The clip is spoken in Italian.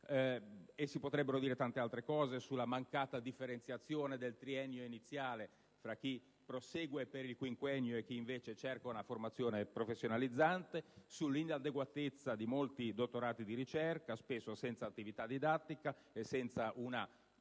Si potrebbero aggiungere molte altre cose: sulla mancata differenziazione del triennio iniziale tra chi prosegue per il quinquennio e chi invece cerca una formazione professionalizzante; sull'inadeguatezza di molti dottorati di ricerca, spesso senza attività didattica e senza una